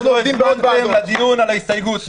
אנחנו עדים בעוד דברים לדיון על ההסתייגות,